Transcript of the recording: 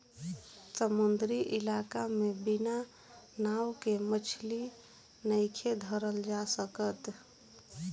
समुंद्री इलाका में बिना नाव के मछली नइखे धरल जा सकत